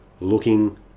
looking